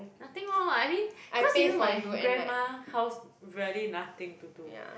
nothing lor I mean cause you know my grandma house really nothing to do